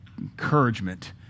encouragement